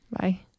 Bye